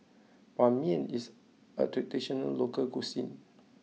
Ban Mian is a traditional local cuisine